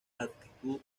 actitud